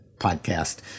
podcast